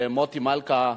מוטי מלכה,